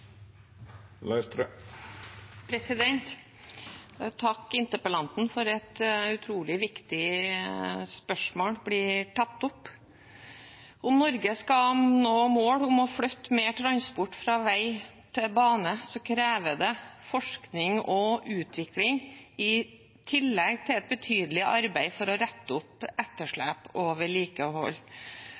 interpellanten for at et utrolig viktig spørsmål blir tatt opp. Om Norge skal nå målet om å flytte mer transport fra vei til bane, krever det forskning og utvikling, i tillegg til et betydelig arbeid for å rette opp etterslep og vedlikehold,